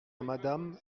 madame